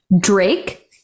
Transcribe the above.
Drake